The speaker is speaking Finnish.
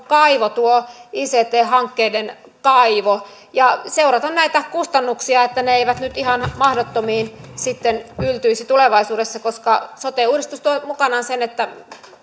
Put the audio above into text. kaivo tuo ict hankkeiden kaivo ja seurata näitä kustannuksia että ne eivät nyt ihan mahdottomiin sitten yltyisi tulevaisuudessa koska sote uudistus toi mukanaan sen että